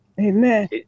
Amen